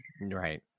right